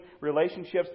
relationships